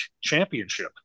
championship